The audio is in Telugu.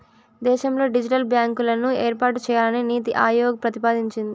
దేశంలో డిజిటల్ బ్యాంకులను ఏర్పాటు చేయాలని నీతి ఆయోగ్ ప్రతిపాదించింది